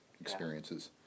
experiences